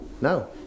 No